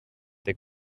they